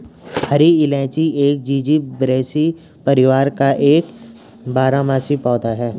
हरी इलायची एक जिंजीबेरेसी परिवार का एक बारहमासी पौधा है